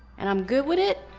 and i'm good wit it.